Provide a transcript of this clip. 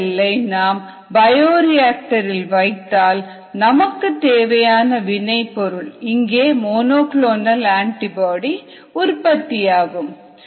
இந்த செல்லை நாம் பயோரியாக்டரில் வைத்தால் நமக்கு தேவையான வினை பொருள் இங்கே மோனோ குளோனல் ஆன்டிபாடி உற்பத்தியாகும்